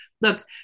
Look